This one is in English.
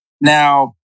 now